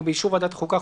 ובאישור ועדת החוקה,